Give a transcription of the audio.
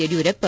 Yediyurappa